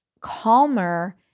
calmer